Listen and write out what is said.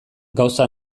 gauza